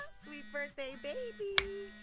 ah sweet birthday, baby.